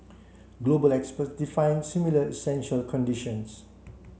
global experts define similar essential conditions